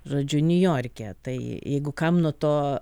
žodžiu niujorke tai jeigu kam nuo to